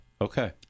okay